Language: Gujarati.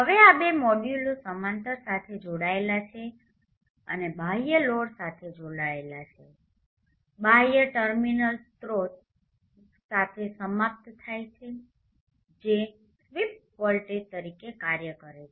હવે આ બે મોડ્યુલો સમાંતર સાથે જોડાયેલા છે અને બાહ્ય લોડ સાથે જોડાયેલા છે બાહ્ય ટર્મિનલ્સ સ્રોત V0 સાથે સમાપ્ત થાય છે જે સ્વીપ વોલ્ટેજ તરીકે કાર્ય કરે છે